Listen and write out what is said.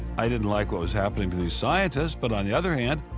i didn't like what was happening to these scientists, but on the other hand,